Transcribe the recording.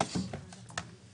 בבקשה.